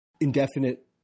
indefinite